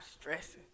stressing